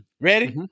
ready